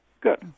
Good